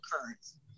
occurrence